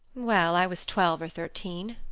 well, i was twelve or thirteen.